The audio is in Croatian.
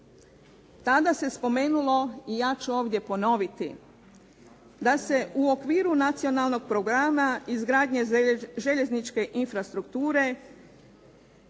Tada se spomenulo i ja ću ovdje ponoviti, da se u okviru nacionalnog programa izgradnje željezničke infrastrukture,